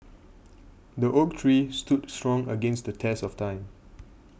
the oak tree stood strong against the test of time